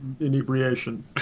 inebriation